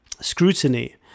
scrutiny